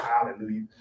Hallelujah